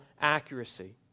accuracy